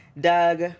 Doug